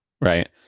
Right